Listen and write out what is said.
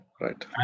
Right